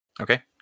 Okay